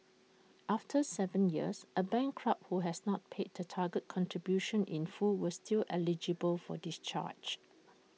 after Seven years A bankrupt who has not paid the target contribution in full will still eligible for discharge